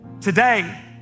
Today